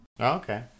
Okay